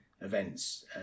events